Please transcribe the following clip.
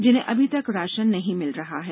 जिन्हें अभी तक राषन नहीं मिल रहा है